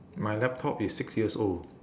my laptop is six years old